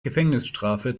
gefängnisstrafe